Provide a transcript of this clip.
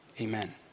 Amen